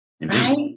right